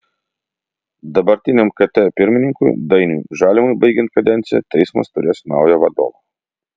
dabartiniam kt pirmininkui dainiui žalimui baigiant kadenciją teismas turės naują vadovą